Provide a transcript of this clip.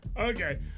Okay